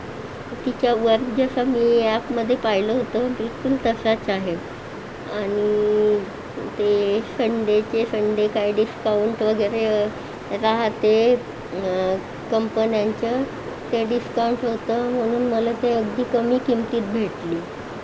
तिच्या वरक् जसा मी ॲपमध्ये पाहिलं होतं बिलकुल तसाच आहे आणि ते संडेचे संडे काही डिस्काउंट वगैरे राहते कंपन्यांचे ते डिस्काउंट होते म्हणून मला ते अगदी कमी किमतीत भेटली